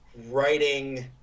writing